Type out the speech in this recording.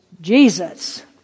Jesus